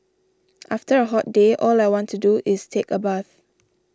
after a hot day all I want to do is take a bath